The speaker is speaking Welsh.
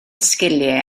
sgiliau